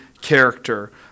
character